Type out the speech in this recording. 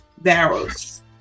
barrels